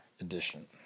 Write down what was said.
edition